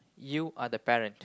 you are the parent